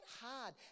hard